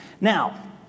Now